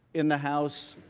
in the house,